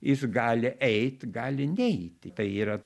jis gali eit gali neiti tai yra